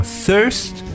thirst